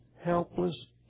helpless